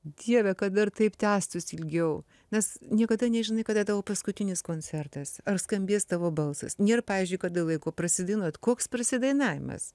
dieve kad dar taip tęstųsi ilgiau nes niekada nežinai kada tavo paskutinis koncertas ar skambės tavo balsas nėr pavyzdžiui kada laiko prasidainuot koks prasidainavimas